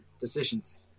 decisions